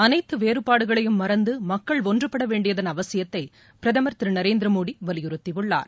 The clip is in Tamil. அனைத்து வேறுபாடுகளையும் மறந்து மக்கள் ஒன்றுபட வேண்டியதன் அவசியத்தை பிரதமா் திரு நரேந்திரமோடி வலிபுறுத்தியுள்ளார்